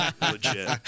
Legit